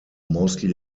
mostly